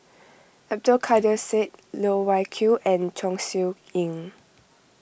Abdul Kadir Syed Loh Wai Kiew and Chong Siew Ying